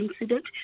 incident